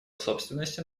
собственности